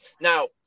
Now